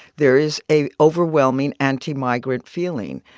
there is a overwhelming anti-migrant feeling.